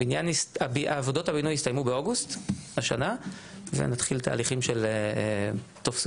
עבודות הבינוי יסתיימו באוגוסט השנה ונתחיל תהליכים של טופסולוגיה